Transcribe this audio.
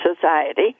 society